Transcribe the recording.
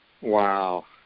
Wow